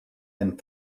and